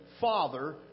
father